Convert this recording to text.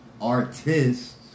artists